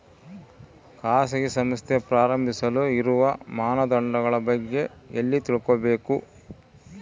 ಖಾಸಗಿ ಸಂಸ್ಥೆ ಪ್ರಾರಂಭಿಸಲು ಇರುವ ಮಾನದಂಡಗಳ ಬಗ್ಗೆ ಎಲ್ಲಿ ತಿಳ್ಕೊಬೇಕು?